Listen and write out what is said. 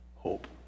hope